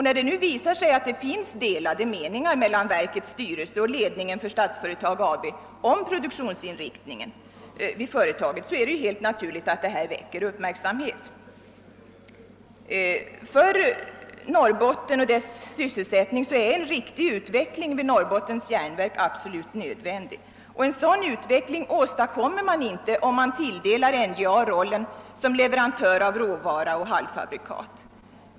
När det nu visar sig att det finns delade meningar mellan verkets styrelse och ledningen för Statsföretag AB om produktionsinriktningen vid företaget, så är det helt naturligt att detta väcker uppmärksamhet. För sysselsättningen i Norrbotten är en riktig utveckling vid Norrbottens Järnverk absolut nödvändig. Och en sådan utveckling åstadkommer man inte, om man tilldelar NJA rollen som leverantör av råvara och halvfabrikat.